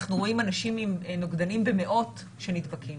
אנחנו רואים אנשים עם נוגדנים במאות שנדבקים.